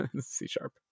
C-sharp